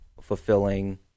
fulfilling